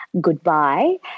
goodbye